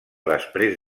després